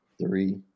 three